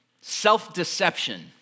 Self-deception